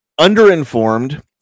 underinformed